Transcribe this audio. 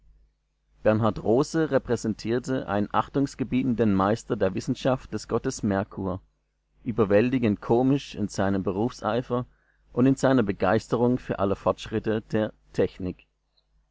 bernhard rose repräsentierte einen achtunggebietenden meister der wissenschaft des gottes merkur überwältigend komisch in seinem berufseifer und in seiner begeisterung für alle fortschritte der technik